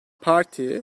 parti